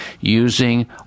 using